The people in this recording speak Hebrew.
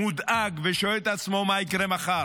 מודאגים ושואל את עצמם מה יקרה מחר,